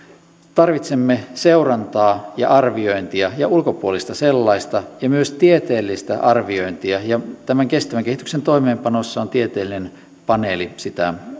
tarvitsemme seurantaa ja arviointia ja ulkopuolista sellaista ja myös tieteellistä arviointia ja tämän kestävän kehityksen toimeenpanossa on tieteellinen paneeli sitä